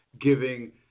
giving